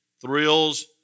Thrills